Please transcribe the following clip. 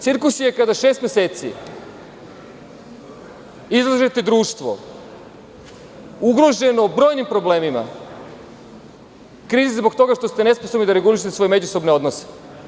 Cirkus je kada šest meseci izlažete društvo ugroženo brojim problemima, krizi, zbog toga što ste nesposobni da regulišete svoje međusobne odnose.